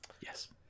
yes